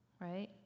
right